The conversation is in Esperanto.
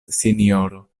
sinjoro